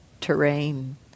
terrain